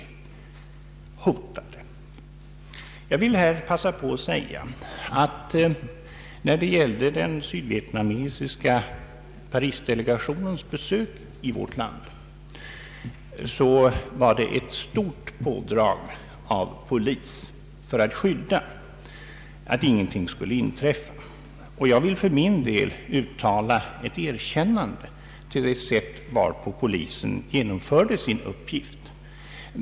I detta sammanhang vill jag också konstatera att när den sydvietnamesis ka fredsdelegationen i Paris besökte vårt land gjordes ett stort polispådrag för att skydda delegationens medlemmar. Jag uttalar mitt erkännande för det sätt på vilket polisen genomförde sina uppgifter.